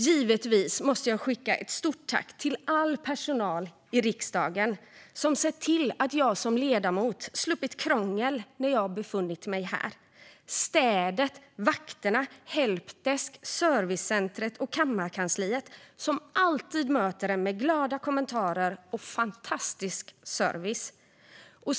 Givetvis måste jag skicka ett stort tack till all personal i riksdagen som sett till att jag som ledamot sluppit krångel när jag befunnit mig här: städarna, vakterna, helpdesk, servicecentret och kammarkansliet, som alltid möter en med glada kommentarer och fantastisk service.